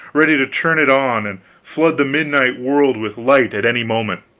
ready to turn it on and flood the midnight world with light at any moment.